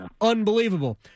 unbelievable